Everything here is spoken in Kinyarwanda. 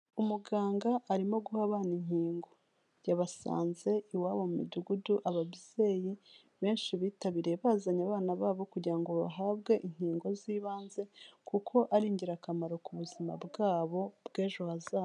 Umuganga arimo guha abana inkingo, yabasanze iwabo mu midugudu, ababyeyi benshi bitabiriye, bazanye abana babo kugira ngo bahabwe inkingo z'ibanze kuko ari ingirakamaro ku buzima bwabo bw'ejo hazaza.